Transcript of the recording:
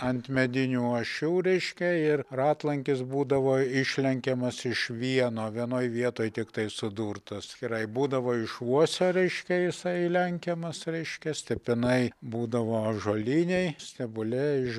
ant medinių ašių reiškia ir ratlankis būdavo išlenkiamas iš vieno vienoj vietoj tiktai sudurtas skirai būdavo iš uosio reiškia jisai lenkiamas reiškia stipinai būdavo ąžuoliniai stebulė iš